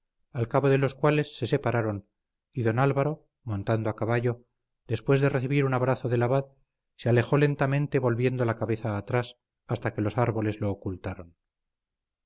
al cabo de los cuales se separaron y don álvaro montando a caballo después de recibir un abrazo del abad se alejó lentamente volviendo la cabeza atrás hasta que los árboles lo ocultaron